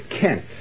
Kent